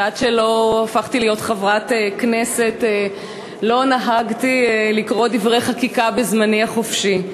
ועד שלא הפכתי לחברת כנסת לא נהגתי לקרוא דברי חקיקה בזמני החופשי.